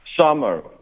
Summer